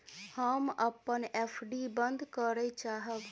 हम अपन एफ.डी बंद करय चाहब